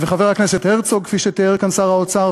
וחבר הכנסת הרצוג, כפי שתיאר כאן שר האוצר?